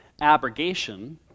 abrogation